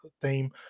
theme